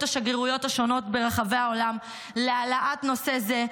השגרירויות השונות ברחבי העולם להעלאת נושא זה,